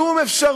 אין שום אפשרות